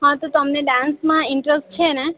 હાં તો તમેં ડાન્સમાં ઇન્ટરેસ્ટ છે ને